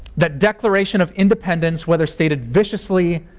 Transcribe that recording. that declaration of independence, whether stated viciously